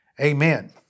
amen